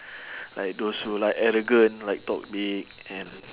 like those who like arrogant like talk big and